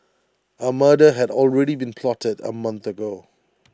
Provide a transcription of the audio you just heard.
A murder had already been plotted A month ago